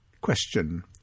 Question